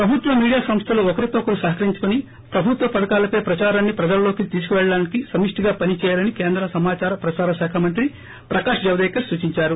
ప్రభుత్వ మీడియా సంస్లలు ఒకరితో ఒకరు సహకరించుకొని ప్రభుత్వ పథకాలపై ప్రదారాన్ని ప్రజల్లో కి తీసుకుపెళ్లడానికి సమిష్షిగా పని చేయాలని కేంద్ర సమాదార ప్రసార శాఖ మంత్రి ప్రకాష్ జవదేకర్ సూచిందారు